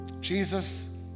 Jesus